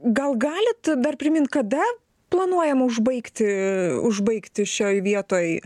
gal galit dar primint kada planuojama užbaigti užbaigti šioj vietoj